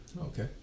Okay